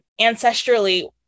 ancestrally